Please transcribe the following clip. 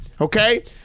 Okay